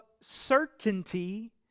certainty